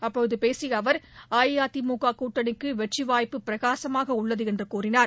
அப்போது பேசிய அவர் அஇஅதிமுக கூட்டணிக்கு வெற்றி வாய்ப்பு பிரகாசமாக உள்ளது என்று கூறினார்